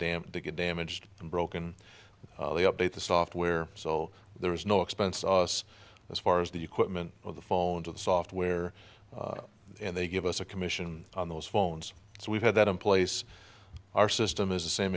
damp they get damaged and broken they update the software so there is no expense us as far as the equipment or the fall into the software and they give us a commission on those phones so we've had that in place our system is the same